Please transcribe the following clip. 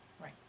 Right